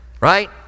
right